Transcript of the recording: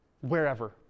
Wherever